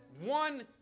one